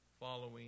following